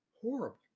horrible